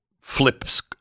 flips